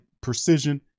precision